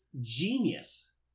genius